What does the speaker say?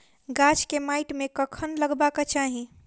गाछ केँ माइट मे कखन लगबाक चाहि?